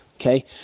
Okay